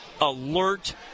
alert